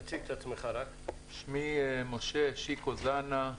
שמי משה שיקו זנה,